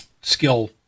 skill